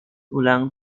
ulang